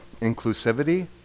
inclusivity